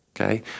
Okay